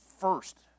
first